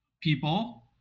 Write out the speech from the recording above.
people